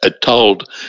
told